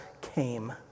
came